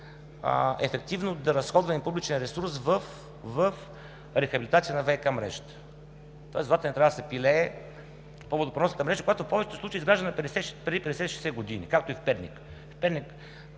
ефективно да разходваме публичен ресурс в рехабилитация на ВиК мрежата, тоест водата не трябва да се пилее по водопреносната мрежа, която в повечето случаи е изграждана преди 50 – 60 години, както и в Перник.